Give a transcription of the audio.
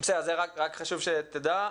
אז זה רק חשוב שתדע.